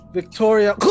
Victoria